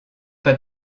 pas